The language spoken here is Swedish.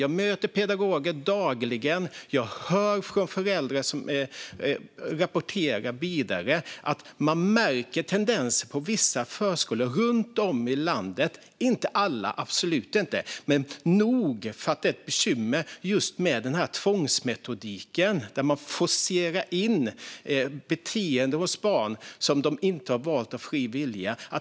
Jag möter pedagoger dagligen, och jag hör föräldrar rapportera om att man på vissa förskolor runt om i landet - absolut inte på alla, men på tillräckligt många för att det ska vara ett bekymmer - märker tendenser till den här tvångsmetodiken, där man forcerar fram beteenden hos barn som de inte har valt av egen fri vilja.